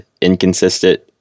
inconsistent